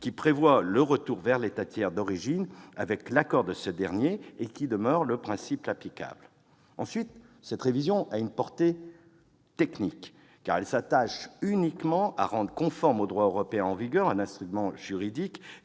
qui prévoit le retour vers l'État tiers d'origine avec l'accord de ce dernier, et qui demeure le principe applicable. Cette révision, en outre, a une portée technique : elle s'attache uniquement à rendre conforme au droit européen en vigueur un instrument juridique